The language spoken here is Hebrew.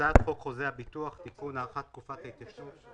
הצעת חוק חוזה הביטוח (תיקון) (הארכת תקופת ההתיישנות),